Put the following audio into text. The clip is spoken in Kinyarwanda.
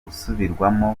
gusubirwamo